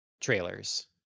trailers